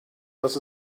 dass